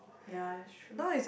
ya that's true